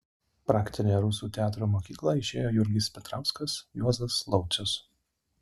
praktinę rusų teatro mokyklą išėjo jurgis petrauskas juozas laucius